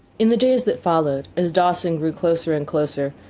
in the days that followed, as dawson grew closer and closer,